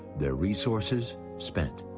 their resources spent.